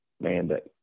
mandate